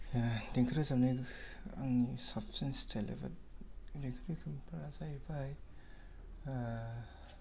देंखो रोजाबनायनि आंनि साबसिन स्टाइल एबा देंखो रोखोमफ्रा जाहैबाय